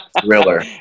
thriller